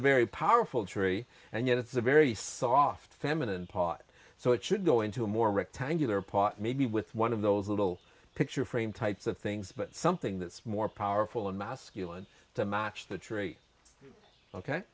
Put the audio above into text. a very powerful tree and yet it's a very soft feminine part so it should go into a more rectangular part maybe with one of those little picture frame types of things but something that's more powerful and masculine to match the tree ok